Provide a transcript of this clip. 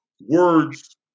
Words